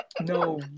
No